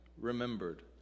remembered